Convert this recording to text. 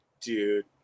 Dude